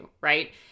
right